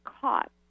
caught